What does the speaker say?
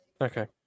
Okay